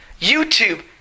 YouTube